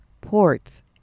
ports